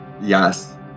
Yes